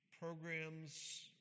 Programs